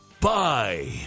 Bye